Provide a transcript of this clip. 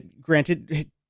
Granted